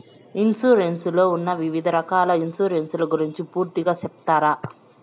Insurance లో ఉన్న వివిధ రకాల ఇన్సూరెన్సు ల గురించి పూర్తిగా సెప్తారా?